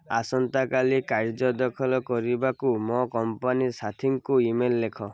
ଆସନ୍ତାକାଲି କାର୍ଯ୍ୟ ଦାଖଲ କରିବାକୁ ମୋ କମ୍ପାନୀ ସାଥୀଙ୍କୁ ଇ ମେଲ୍ ଲେଖ